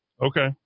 Okay